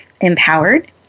empowered